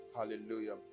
Hallelujah